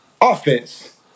offense